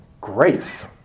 grace